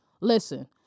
Listen